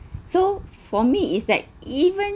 so for me is like even